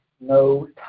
no